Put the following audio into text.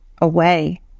away